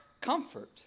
comfort